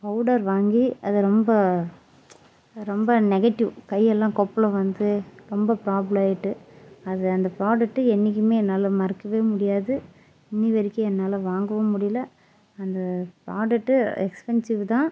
powder வாங்கி அதை ரொம்ப ரொம்ப நெகட்டிவ் கையெல்லாம் கொப்பளம் வந்து ரொம்ப ப்ராப்ளம் ஆகிட்டு அது அந்த பிராடெக்ட்டு என்றைக்குமே என்னால் மறக்கவே முடியாது இன்றைய வரைக்கும் என்னால் வாங்கவும் முடியல அந்த பிராடெக்ட்டு எக்ஸ்பென்சிவ் தான்